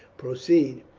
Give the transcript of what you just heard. proceed.